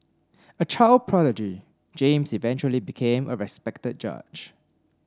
a child prodigy James eventually became a respected judge